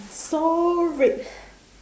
so red